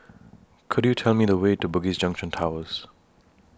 Could YOU Tell Me The Way to Bugis Junction Towers